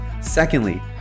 Secondly